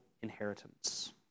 inheritance